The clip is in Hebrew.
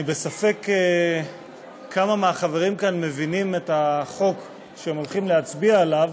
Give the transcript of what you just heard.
אני בספק כמה מהחברים כאן מבינים את החוק שהם הולכים להצביע עליו,